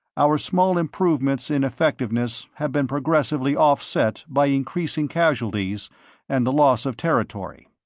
our small improvements in effectiveness have been progressively offset by increasing casualties and loss of territory.